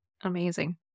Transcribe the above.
Amazing